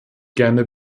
gerne